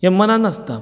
हें मनान आसता